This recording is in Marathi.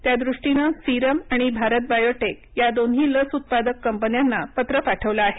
त्या दृष्टीनं सिरम आणि भारत बायोटेक या दोन्ही लस उत्पादक कंपन्यांना पत्र पाठवलं आहे